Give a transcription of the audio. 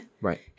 Right